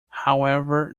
however